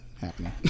happening